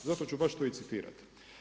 Zato ću baš to i citirati.